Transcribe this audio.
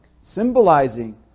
symbolizing